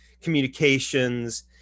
communications